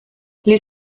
les